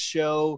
Show